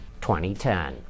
2010